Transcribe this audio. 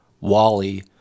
Wally